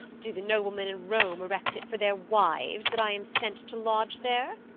do the noblemen in rome erect it for their wives, that i am sent to lodge there?